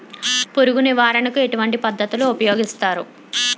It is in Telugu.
పురుగు నివారణ కు ఎటువంటి పద్ధతులు ఊపయోగిస్తారు?